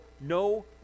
no